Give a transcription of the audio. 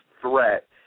threat